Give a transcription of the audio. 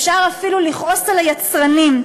אפשר אפילו לכעוס על הצרכנים,